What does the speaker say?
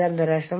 focus breadth